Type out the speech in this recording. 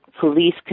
Police